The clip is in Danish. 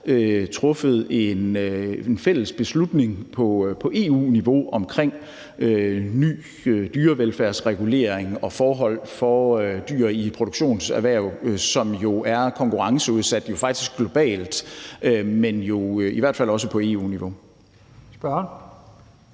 truffet en fælles beslutning på EU-niveau omkring ny dyrevelfærdsregulering og nye forhold for dyr i produktionserhverv, som jo er konkurrenceudsat globalt, men i hvert fald også på EU-niveau. Kl.